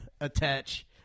attach